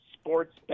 sports